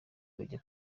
bajya